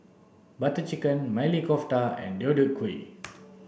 Butter Chicken Maili Kofta and Deodeok Gui